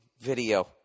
video